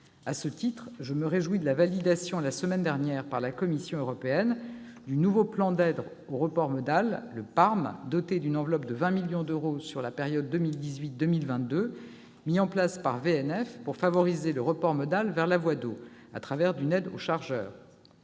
À ce titre, je me réjouis de la validation par la Commission européenne, la semaine dernière, du nouveau plan d'aide au report modal, le PARM, doté d'une enveloppe de 20 millions d'euros sur la période 2018-2022 et mis en place par VNF pour favoriser le report modal vers la voie d'eau, au travers d'une aide aux chargeurs.